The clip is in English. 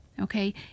okay